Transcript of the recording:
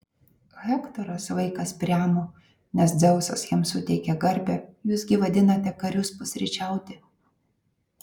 hektoras vaikas priamo nes dzeusas jam suteikė garbę jūs gi vadinate karius pusryčiauti